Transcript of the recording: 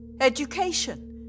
education